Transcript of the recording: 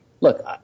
look